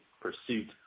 pursuit